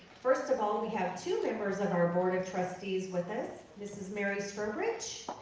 first of all, we have two members of our board of trustees with us. mrs. mary strobridge.